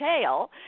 tail